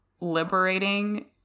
liberating